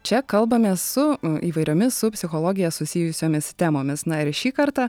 čia kalbamės su įvairiomis su psichologija susijusiomis temomis na ir šį kartą